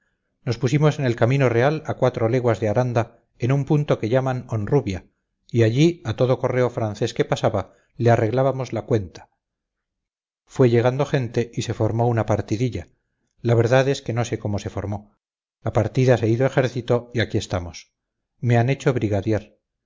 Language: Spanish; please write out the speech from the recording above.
nos pusimos en el camino real a cuatro leguas de aranda en un punto que llaman honrubia y allí a todo correo francés que pasaba le arreglábamos la cuenta fue llegando gente y se formó una partidilla la verdad es que no sé cómo se formó la partida se hizo ejército y aquí estamos me han hecho brigadier